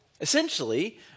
Essentially